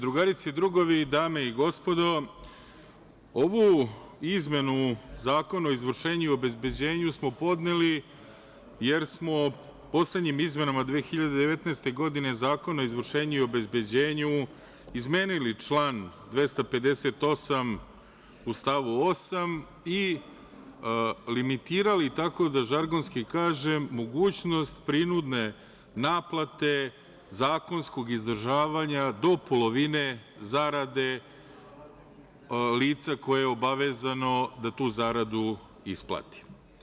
Drugarice i drugovi, dame i gospodo, ovu izmenu Zakona o izvršenju i obezbeđenju smo podneli, jer smo poslednjim izmenama 2019. godine Zakona o izvršenju i obezbeđenju izmenili član 258. u stavu 8. i limitirali, tako da žargonski kažem, mogućnost prinudne naplate zakonskog izdržavanja do polovine zarade lica koje je obavezano da tu zaradu isplati.